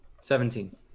Seventeen